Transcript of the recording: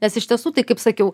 nes iš tiesų tai kaip sakiau